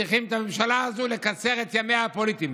צריכים, לממשלה הזאת, לקצר את ימיה הפוליטיים.